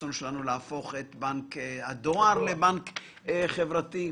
הרצון שלנו להפוך את בנק הדואר לבנק חברתי,